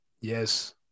Yes